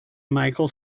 michel